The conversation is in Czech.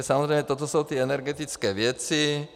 Samozřejmě toto jsou ty energetické věci.